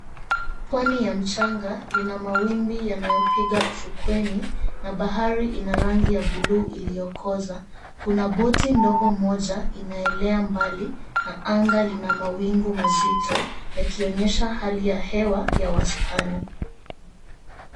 Pwani ya mchanga lina mawimbi yanayopiga ufukweni na bahari ina rangi ya bluu iliyokoza. Kuna boti ndogo moja inaelea mbali na anga lina mawingu mazito yakionyesha hali ya hewa ya wastani.